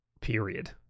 period